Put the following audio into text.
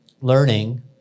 learning